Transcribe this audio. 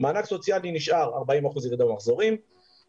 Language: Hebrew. מענק סוציאלי נשאר 40% ירידה במחזורים,